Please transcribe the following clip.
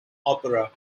opera